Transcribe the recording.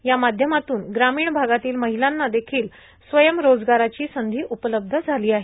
या माध्यमातून ग्रामीण भागातील महिलांना स्वयंरोजगाराची संधी उपलब्ध झाली आहे